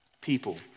people